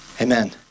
Amen